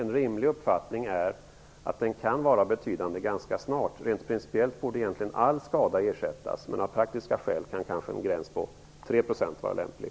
En rimlig uppfattning är att den ganska snart kan vara betydande. Rent principiellt borde egentligen all skada ersättas, men av praktiska skäl kan kanske en gräns vid 3 % vara lämplig.